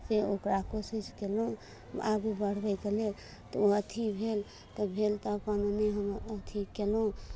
से ओकरा कोशिश कयलहुँ आगू बढ़बैके लेल तऽ ओ अथी भेल ओ भेल तऽ अपन नहि हम अथी कयलहुँ